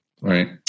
Right